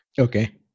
Okay